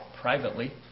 privately